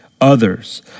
others